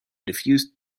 diffuse